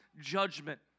judgment